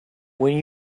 when